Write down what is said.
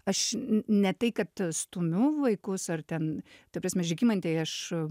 aš ne tai kad e stumiu vaikus ar ten ta prasme žygimantei aš